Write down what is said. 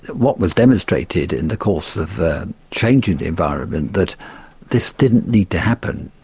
what was demonstrated in the course of changing the environment that this didn't need to happen.